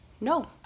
no